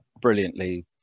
brilliantly